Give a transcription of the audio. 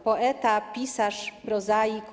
Poeta, pisarz, prozaik.